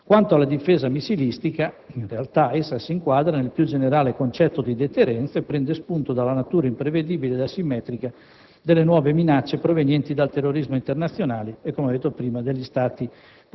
Quanto alla difesa missilistica, in realtà essa si inquadra nel più generale concetto di deterrenza e prende spunto dalla natura imprevedibile ed asimmetrica delle nuove minacce provenienti dal terrorismo internazionale e, come ho detto prima, dagli Stati